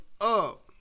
up